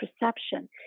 perception